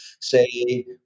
say